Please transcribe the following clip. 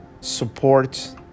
support